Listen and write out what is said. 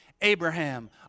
Abraham